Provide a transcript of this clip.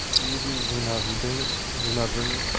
बिबायदि जुनारजों जुनारजों